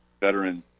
veterans